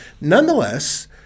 nonetheless